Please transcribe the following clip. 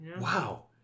Wow